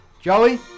Joey